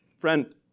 Friend